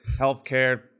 healthcare